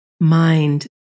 mind